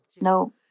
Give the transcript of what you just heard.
No